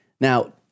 Now